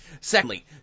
Secondly